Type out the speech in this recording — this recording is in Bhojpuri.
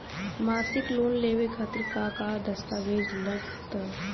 मसीक लोन लेवे खातिर का का दास्तावेज लग ता?